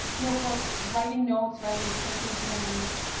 notebooks, writing notes rather than typing things.